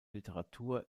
literatur